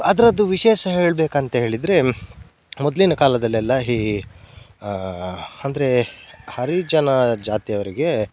ಅದರದ್ದು ವಿಶೇಷ ಹೇಳ್ಬೇಕಂತ ಹೇಳಿದರೆ ಮೊದಲಿನ ಕಾಲದಲ್ಲೆಲ್ಲ ಈ ಅಂದರೆ ಹರಿಜನ ಜಾತಿಯವರಿಗೆ